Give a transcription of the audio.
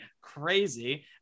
crazy